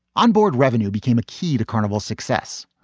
onboard, revenue became a key to carnival success.